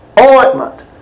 ointment